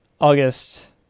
August